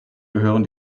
gehören